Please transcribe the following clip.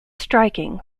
striking